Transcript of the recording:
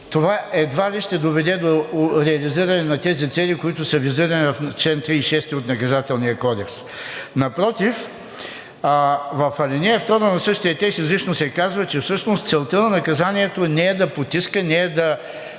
това едва ли ще доведе до реализиране на тези цели, които са визирани в чл. 36 от Наказателния кодекс. Напротив, в ал. 2 на същия текст изрично се казва, че всъщност целта на наказанието не е да потиска, не е да